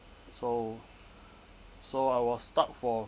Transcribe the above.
so so I was stuck for